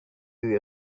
your